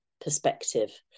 perspective